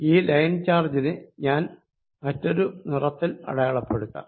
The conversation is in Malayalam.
ഈ ലൈൻ ചാർജിനെ ഞാൻ മറ്റൊരു നിറത്തിൽ അടയാളപ്പെടുത്താം